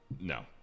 no